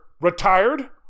retired